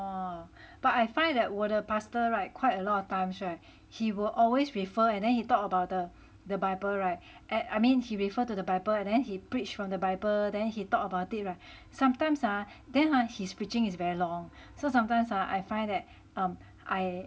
but I find that 我的 pastor [right] quite a lot of times [right] he will always refer and then he talk about the the bible [right] and I mean he referred to the bible then he preached from the bible then he talk about it [right] sometimes ah then ah his preaching is very long so sometimes I find that um